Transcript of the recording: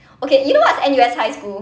okay you know what's N_U_S highschool